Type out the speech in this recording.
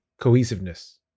cohesiveness